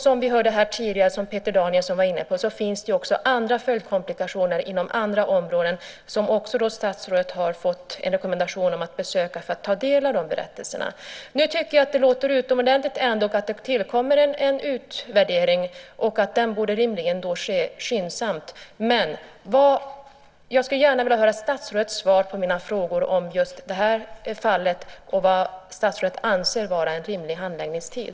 Som vi hörde tidigare, som Peter Danielsson var inne på, finns det också andra följdkomplikationer inom andra områden som statsrådet också har fått en rekommendation om att besöka för att ta del av de berättelserna. Nu tycker jag ändå att det låter utomordentligt att det tillkommer en utvärdering och att den rimligen borde ske skyndsamt. Men jag skulle gärna vilja höra statsrådets svar på mina frågor om just det här fallet och vad statsrådet anser vara en rimlig handläggningstid.